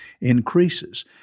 increases